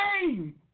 name